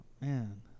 Man